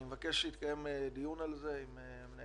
אני מבקש שיתקיים דיון על זה עם מנהל